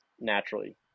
naturally